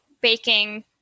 baking